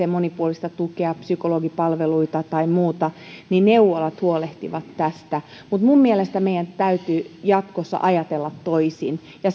monipuolista tukea psykologipalveluita tai muuta niin neuvolat huolehtivat tästä mutta minun mielestäni meidän täytyy jatkossa ajatella toisin ja